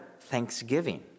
thanksgiving